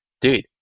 dude